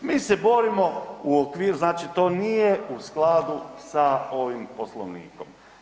Mi se borimo u okviru, znači to nije u skladu sa ovim Poslovnikom.